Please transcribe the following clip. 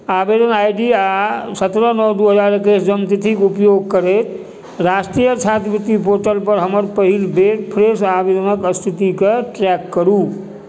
आवेदन I D आ सत्रह नओ दू हजार एकैस जन्मतिथिक उपयोग करैत राष्ट्रीय छात्रवृति पोर्टल पर हमर पहिल बेर फ्रेश आवेदनक तिथिके ट्रेक करु